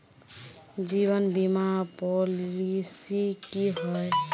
जीवन बीमा पॉलिसी की होय?